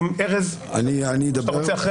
ארז, בבקשה.